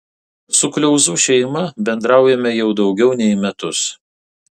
su kliauzų šeima bendraujame jau daugiau nei metus